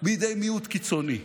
בידי מיעוט קיצוני.